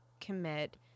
commit